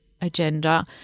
agenda